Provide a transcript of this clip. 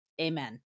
Amen